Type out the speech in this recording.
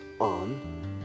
on